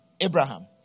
Abraham